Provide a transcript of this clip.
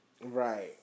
Right